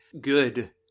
good